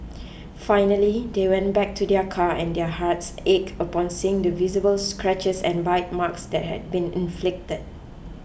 finally they went back to their car and their hearts ached upon seeing the visible scratches and bite marks that had been inflicted